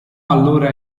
allora